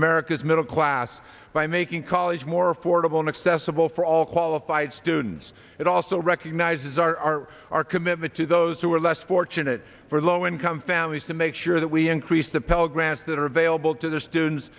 america's middle class by making college more affordable and accessible for all qualified students it also recognizes our our commitment to those who are less fortunate for low income families to make sure that we increase the pell grants that are available to their students